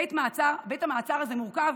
בית המעצר הזה מורכב